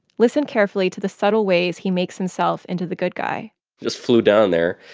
listen carefully to the subtle ways he makes himself into the good guy just flew down there,